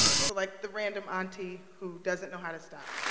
so like the random auntie who doesn't know how to stop.